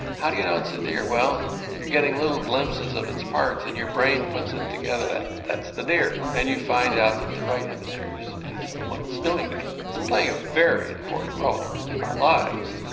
how do you know it's a deer? well you're getting little glimpses of its parts and your brain puts it together, that's the deer. and you find out that the right hemisphere is is the one that's doing that. it's playing a very important role in our lives.